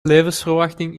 levensverwachting